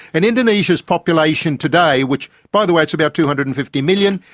and indonesia's population today which, by the way, it's about two hundred and fifty million,